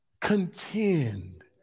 Contend